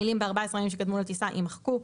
המילים "ב-14 הימים שקדמו לטיסה" יימחקו,